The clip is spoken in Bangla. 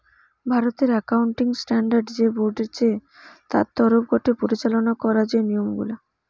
ভারতের একাউন্টিং স্ট্যান্ডার্ড যে বোর্ড চে তার তরফ গটে পরিচালনা করা যে নিয়ম গুলা